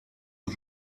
aux